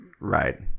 Right